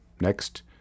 Next